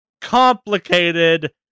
complicated